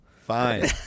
Fine